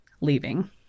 leaving